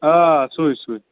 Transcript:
آ سُے سُے